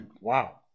Wow